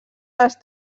les